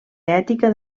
ètica